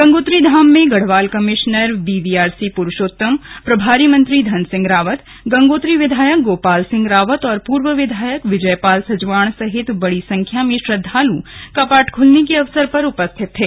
गंगोत्री धाम में Garhwal commissioner BVRC Purushottam प्रभारी मंत्री धन सिंह रावत गंगोत्री विधायक गोपाल सिंह रावत और पूर्व विधायक विजयपाल सजवाण सहित बड़ी संख्या में श्रद्वालु कपाट खुलने के अवसर पर उपस्थित थे